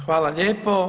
Hvala lijepo.